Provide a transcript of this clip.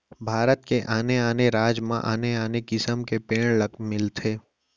भारत के आने आने राज म आने आने किसम के पेड़ मिलथे